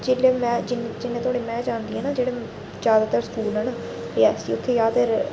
जेल्ले में जिन्नें धोड़ी में जाननी आं न जेह्ड़े ज्यादातर स्कूल न उत्थें ज्यादातर